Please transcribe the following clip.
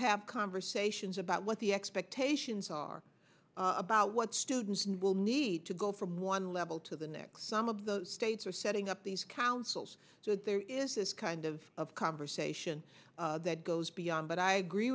have conversations about what the expectations are about what students will need to go from one level to the next some of the states are setting up these councils so there is this kind of of conversation that goes beyond but i agree